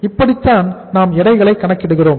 இப்படித்தான் நாம் எடைகளை கணக்கிடுகிறோம்